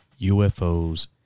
UFOs